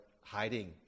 hiding